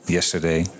Yesterday